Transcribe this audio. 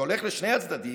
זה הולך לשני הצדדים,